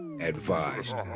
advised